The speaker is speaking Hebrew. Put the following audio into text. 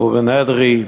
ראובן אדרי,